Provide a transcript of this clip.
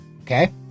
Okay